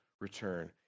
return